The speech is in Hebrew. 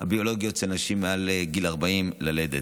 הביולוגיות אצל נשים מעל גיל 40 ללדת.